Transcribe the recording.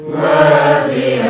worthy